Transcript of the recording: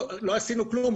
לא עשינו כלום,